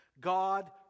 God